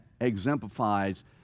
exemplifies